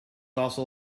also